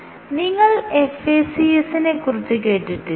നിങ്ങൾ FACS നെ കുറിച്ച് കേട്ടിട്ടില്ലേ